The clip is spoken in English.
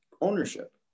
ownership